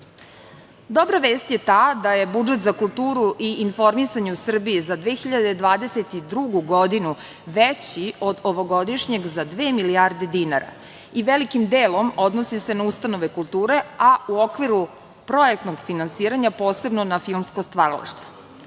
EU.Dobra vest je ta da je budžet za kulturu i informisanje u Srbiji za 2022. godinu veći od ovogodišnjeg za dve milijarde dinara i velikim delom odnosi se na ustanove kulture, a u okviru projektnog finansiranja posebno na filmsko stvaralaštvo.